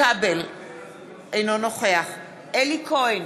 אינו נוכח אלי כהן,